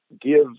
give